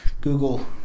Google